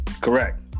correct